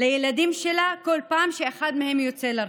לילדים שלה כל פעם שאחד מהם יוצא לרחוב.